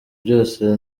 byose